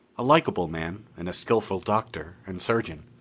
a likable man, and a skillful doctor and surgeon.